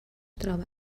troba